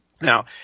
Now